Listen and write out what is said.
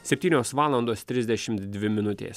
septynios valandos trisdešimt dvi minutės